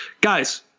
guys